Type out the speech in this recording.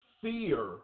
fear